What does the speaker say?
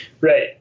right